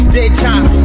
Daytime